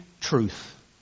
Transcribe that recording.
truth